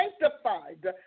sanctified